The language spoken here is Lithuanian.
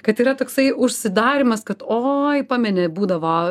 kad yra toksai užsidarymas kad oi pameni būdavo